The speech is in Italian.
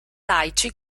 laici